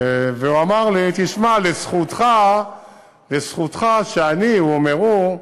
הוא אמר לי: תשמע, לזכותך שאני, הוא אומר, הוא,